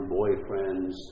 boyfriends